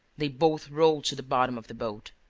they both rolled to the bottom of the boat.